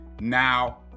Now